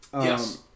yes